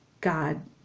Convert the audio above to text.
God